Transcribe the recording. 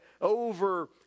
over-